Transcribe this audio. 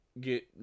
get